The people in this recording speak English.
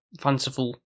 fanciful